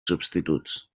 substituts